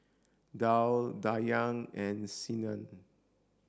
Dhia Dayang and Senin